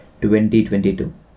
2022